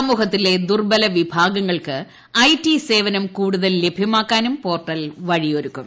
സമൂഹത്തിലെ ദുർബലവിഭാഗങ്ങൾക്ക് I T സേവനം കൂടുതൽ ലഭൃമാക്കാനും പോർട്ടൽ വഴിയൊരുക്കും